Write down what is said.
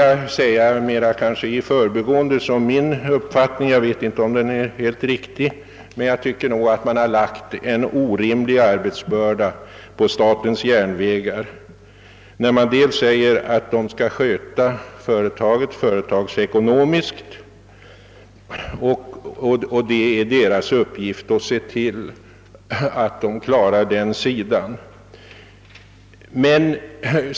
Jag vill vidare kanske mera i förbigående som min uppfattning framhålla — jag vet inte om det är helt riktigt — att man lagt en orimlig arbetsbörda på statens järnvägar. Det framhålls att det är SJ:s uppgift att se till att företaget sköts företagsekonomiskt.